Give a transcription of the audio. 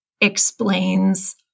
explains